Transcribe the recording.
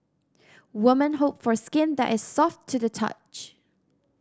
women hope for skin that is soft to the touch